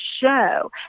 show